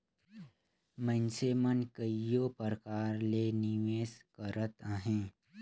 मइनसे मन कइयो परकार ले निवेस करत अहें